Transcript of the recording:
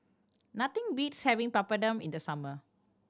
nothing beats having Papadum in the summer